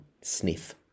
sniff